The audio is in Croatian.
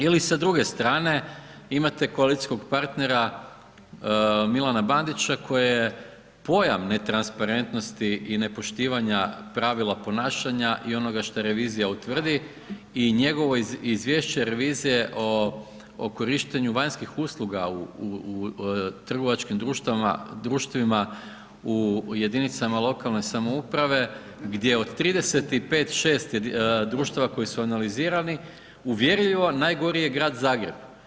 Ili sa druge strane, imate koalicijskog partnera Milana Bandića koji je pojam netransparentnosti i nepoštivanja pravila ponašanja i onoga što revizija utvrdi i njegovo izvješće revizije o korištenju vanjskih usluga u trgovačkim društvima u jedinicama lokalne samouprave gdje od 35, 6 društava koje su analizirani, uvjerljivo najgori je grad Zagreb.